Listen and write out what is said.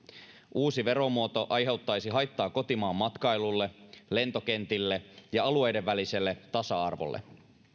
uusi veromuoto aiheuttaisi haittaa kotimaanmatkailulle lentokentille ja alueiden väliselle tasa arvolle